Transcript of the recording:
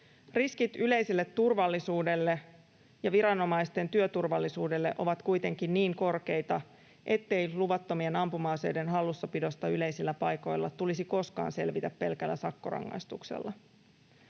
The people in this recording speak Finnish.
Riskit yleiselle turvallisuudelle ja viranomaisten työturvallisuudelle ovat kuitenkin niin korkeita, ettei luvattomien ampuma-aseiden hallussapidosta yleisillä paikoilla tulisi koskaan selvitä pelkällä sakkorangaistuksella.